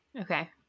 Okay